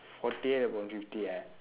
forty eight upon fifty ah